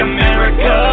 America